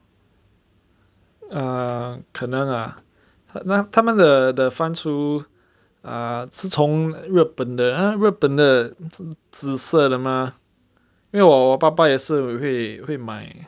err 可能 ah 他们的的番薯 ah 是从日本的他们日本的紫色的吗因为我爸爸也是会会买